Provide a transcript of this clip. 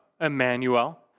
Emmanuel